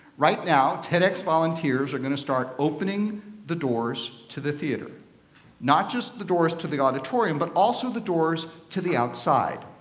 right now, tedx volunteers are going to start opening the doors to the theater not just the doors to the auditorium but also the doors to the outside.